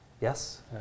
Yes